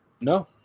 No